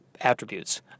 attributes